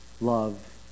love